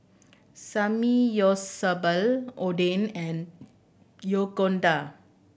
Samgyeopsal Oden and